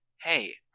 Hey